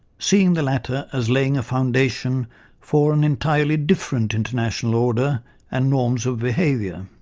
seeing the latter as laying a foundation for an entirely different international order and norms of behaviour.